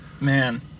Man